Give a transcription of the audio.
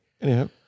Anyhow